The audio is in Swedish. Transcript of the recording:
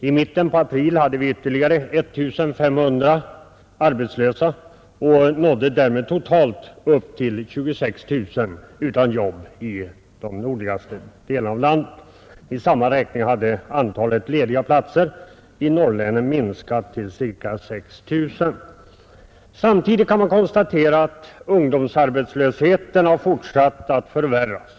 I mitten av april hade vi ytterligare 1 500 arbetslösa och nådde därmed totalt upp till 26 000 utan jobb i de nordligaste delarna av landet. Enligt samma räkning hade antalet lediga platser i Norrlandslänen minskat till cirka 6 000. Samtidigt kan man konstatera att ungdomsarbetslösheten har fortsatt att förvärras.